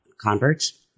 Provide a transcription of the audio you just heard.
converts